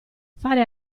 fare